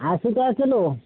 আশি টাকা কিলো